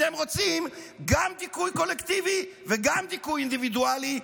אתם רוצים גם דיכוי קולקטיבי וגם דיכוי אינדיבידואלי.